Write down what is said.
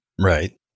Right